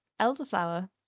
Elderflower